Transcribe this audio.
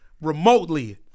remotely